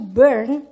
burn